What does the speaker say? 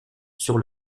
sur